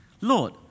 Lord